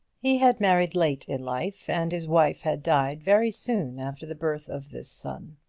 he had married late in life, and his wife had died very soon after the birth of this son.